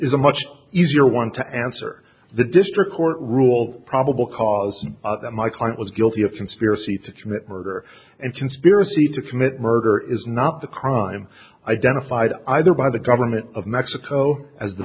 is a much easier one to answer the district court ruled probable cause that my client was guilty of conspiracy to commit murder and conspiracy to commit murder is not the crime identified either by the government of mexico as the